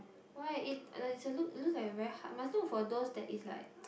why it is a look looks like a very hard must look for those that is like